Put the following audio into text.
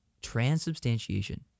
transubstantiation